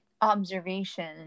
observation